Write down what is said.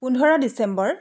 পোন্ধৰ ডিচেম্বৰ